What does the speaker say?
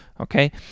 Okay